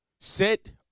Sit